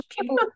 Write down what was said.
people